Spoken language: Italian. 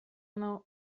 una